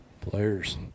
players